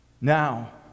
Now